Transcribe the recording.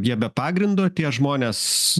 jie be pagrindo tie žmonės